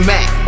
Mac